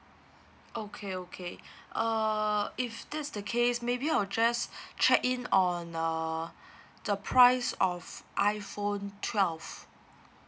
okay okay uh if that's the case maybe I'll just check in on uh the price of iphone twelve